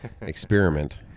experiment